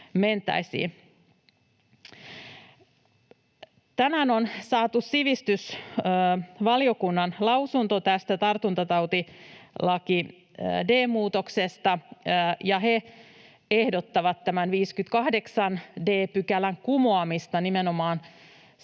Tänään on saatu sivistysvaliokunnan lausunto tästä tartuntatautilain 58 d §:n muutoksesta, ja he ehdottavat tämän 58 d §:n kumoamista nimenomaan tämän hallituksen